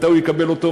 מתי הוא יקבל אותו?